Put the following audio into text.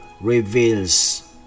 reveals